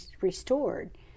restored